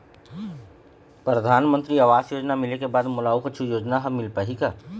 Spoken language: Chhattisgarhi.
परधानमंतरी आवास योजना मिले के बाद मोला अऊ कुछू योजना हर मिल पाही का?